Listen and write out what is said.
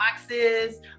boxes